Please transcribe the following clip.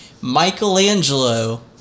Michelangelo